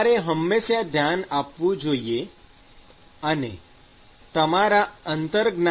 તમારે હંમેશા ધ્યાન આપવું જોઈએ અને તમારા અંતરજ્ઞાનને ખૂબ મહત્વ આપવું જોઈએ